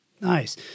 nice